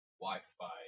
wi-fi